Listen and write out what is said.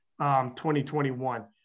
2021